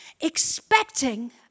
expecting